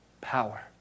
power